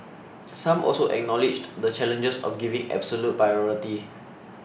some also acknowledged the challenges of giving absolute priority